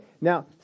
Now